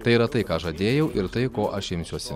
tai yra tai ką žadėjau ir tai ko aš imsiuosi